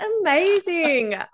amazing